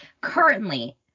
currently